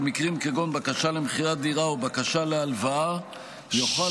במקרים כגון בקשה למכירת דירה או בקשה להלוואה יוכל